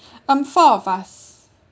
um four of us